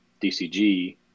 DCG